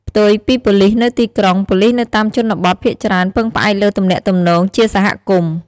ផ្ទុយពីប៉ូលិសនៅទីក្រុង ប៉ូលិសនៅតាមជនបទភាគច្រើនពឹងផ្អែកលើទំនាក់ទំនងជាសហគមន៍ ។